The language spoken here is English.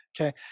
Okay